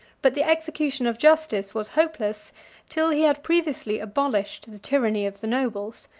but the execution of justice was hopeless till he had previously abolished the tyranny of the nobles.